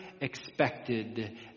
expected